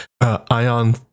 Ion